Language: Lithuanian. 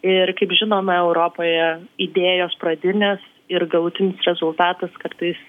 ir kaip žinome europoje idėjos pradinės ir galutinis rezultatas kartais